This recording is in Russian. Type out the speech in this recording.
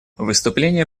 выступление